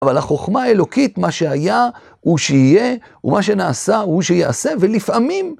אבל החוכמה האלוקית, מה שהיה הוא שיהיה ומה שנעשה הוא שיעשה ולפעמים